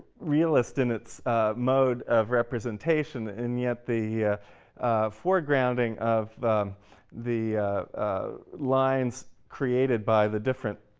realist in its mode of representation, and yet the foregrounding of the lines created by the different